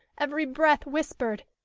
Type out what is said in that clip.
every breath whispered,